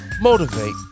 motivate